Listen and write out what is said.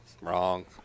Wrong